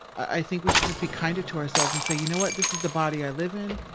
i think we should just be kinder to ourselves and say, you know what? this is the body i live in.